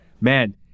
Man